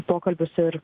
pokalbius ir